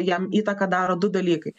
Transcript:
jam įtaką daro du dalykai